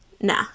Nah